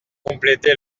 complété